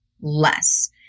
less